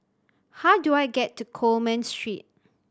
how do I get to Coleman Street